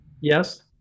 Yes